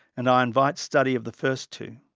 and i invite study of the first two.